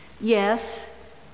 yes